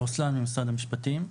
אני ממשרד המשפטים.